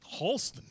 Halston